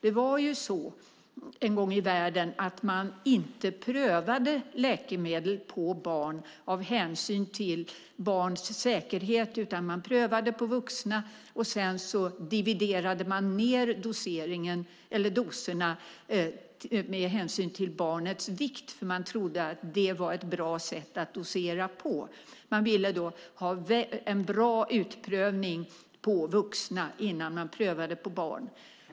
En gång i världen var det så att man inte prövade läkemedel på barn av hänsyn till barns säkerhet utan man prövade på vuxna. Sedan dividerade man ned doserna med hänsyn till barnets vikt, för man trodde att det var ett bra sätt att dosera. Man ville ha en bra utprövning på vuxna innan man prövade på barn.